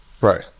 Right